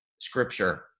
scripture